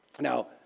Now